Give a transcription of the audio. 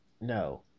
No